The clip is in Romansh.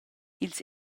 ils